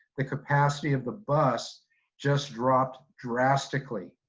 the capacity of the bus just dropped drastically.